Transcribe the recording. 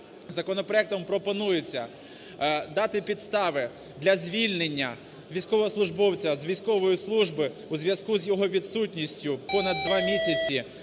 законопроектом пропонується дати підстави для звільнення військовослужбовця з військової служби у зв'язку з його відсутністю понад два місяці